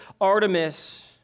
Artemis